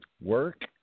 work